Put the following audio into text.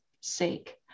sake